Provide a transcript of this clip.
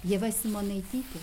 ieva simonaitytė